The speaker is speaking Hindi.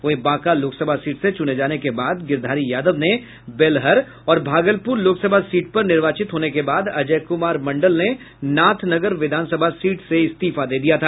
वहीं बांका लोकसभा सीट से चुने जाने के बाद गिरधारी यादव ने बेलहर और भागलपुर लोकसभा सीट पर निर्वाचित होने के बाद अजय कुमार मंडल ने नाथनगर विधानसभा सीट से इस्तीफा दे दिया था